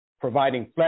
providing